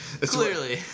Clearly